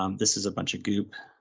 um this is a bunch of goop,